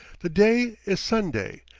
the day is sunday,